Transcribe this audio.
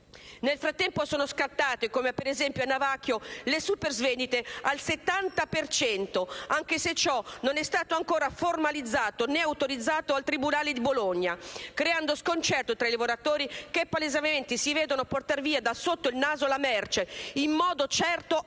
Nel frattempo sono scattate (come per esempio a Navacchio di Pisa) le super svendite al 70 per cento, anche se ciò non è stato ancora autorizzato e formalizzato dal tribunale di Bologna, creando sconcerto tra i lavoratori che palesemente si vedono portar via da sotto il naso la merce, in modo certo e